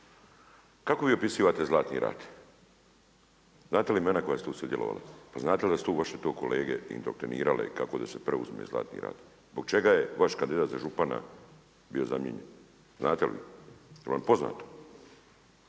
Kako vi opisujete Zlatni rat? Znate li imena koja su tu sudjelovala? Pa znate li da su tu vaše to kolege …/Govornik se ne razumije./… kako da se preuzme Zlatni rat? Zbog čega je vaš kandidat za župana bio zamijenjen? Znate li, je li vam poznato?